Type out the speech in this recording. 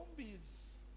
zombies